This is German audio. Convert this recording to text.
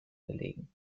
gelegen